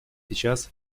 сейчас